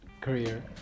career